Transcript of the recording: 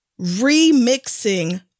remixing